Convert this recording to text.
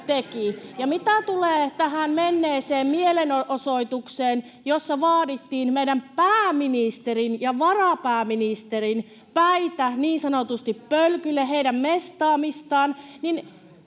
mitä tulee tähän menneeseen mielenosoitukseen, jossa vaadittiin meidän pääministerin ja varapääministerin päitä niin sanotusti pölkylle, heidän mestaamistaan, niin